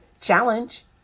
challenge